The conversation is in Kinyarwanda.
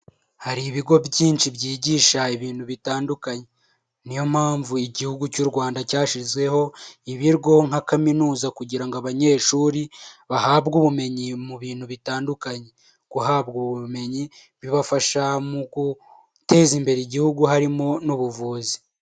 Hari ibigo byinshi byigisha ibintu bitandukanye. Ni yo mpamvu igihugu cy'u Rwanda cyashizeho ibigo nka kaminuza, kugira ngo abanyeshuri bahabwe ubumenyi mu bintu bitandukanye. Guhabwa ubu bumenyi, bibafasha mu guteza imbere igihugu, harimo n'ubuvuzi.